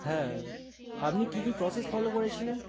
হ্যাঁ আপনি কী কী প্রসেস ফলো করেছিলেন